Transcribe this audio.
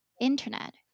internet